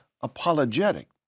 apologetic